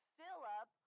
Philip